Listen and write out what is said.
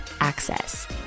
access